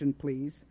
please